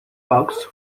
box